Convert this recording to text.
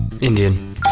Indian